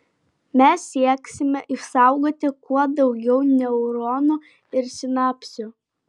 mes sieksime išsaugoti kuo daugiau neuronų ir sinapsių